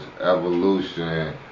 Evolution